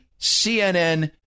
CNN